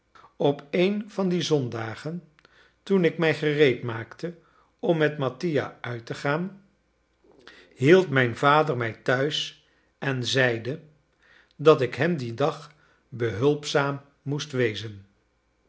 op een van die zondagen toen ik mij gereed maakte om met mattia uit te gaan hield mijn vader mij thuis en zeide dat ik hem dien dag behulpzaam moest wezen